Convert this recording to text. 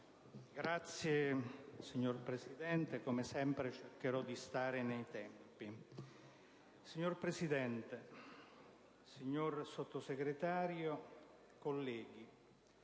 *(IdV)*. Signor Presidente, come sempre cercherò di stare nei tempi. Signor Presidente, signor Sottosegretario, colleghi,